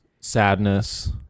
sadness